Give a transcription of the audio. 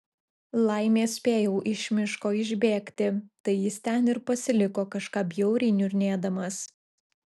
laimė spėjau iš miško išbėgti tai jis ten ir pasiliko kažką bjauriai niurnėdamas